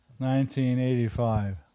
1985